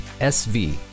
SV